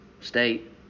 state